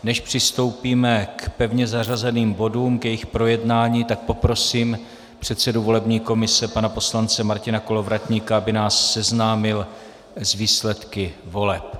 Než přistoupíme k pevně zařazeným bodům, k jejich projednání, tak poprosím předsedu volební komise pana poslance Martina Kolovratníka, aby nás seznámil s výsledky voleb.